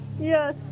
Yes